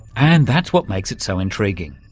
and, that's what makes it so intriguing.